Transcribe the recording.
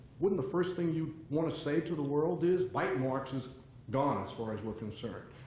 wouldn't the first thing you'd want to say to the world is bite marks is gone, as far as we're concerned.